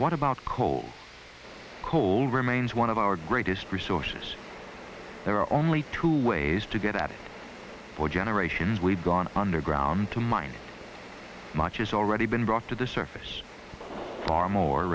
what about cold cold remains one of our greatest resources there are only two ways to get out for generations we've gone underground to mine much is already been brought to the surface far more